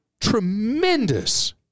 tremendous